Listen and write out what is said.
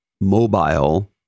mobile